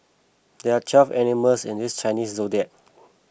there are twelve animals in this Chinese zodiac